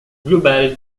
global